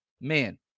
man